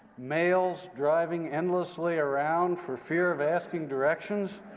males driving endlessly around for fear of asking directions?